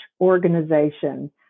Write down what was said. organization